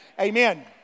Amen